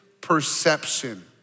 perception